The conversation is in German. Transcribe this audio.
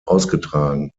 ausgetragen